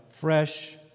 fresh